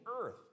earth